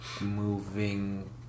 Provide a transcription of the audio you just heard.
moving